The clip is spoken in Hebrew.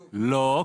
לא,